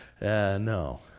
No